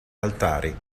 altari